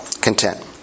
Content